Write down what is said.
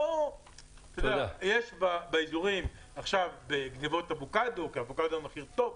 יש עכשיו גניבות אבוקדו, כי אבוקדו במחיר טוב,